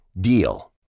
DEAL